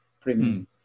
premium